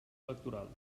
electorals